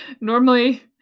Normally